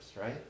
right